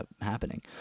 happening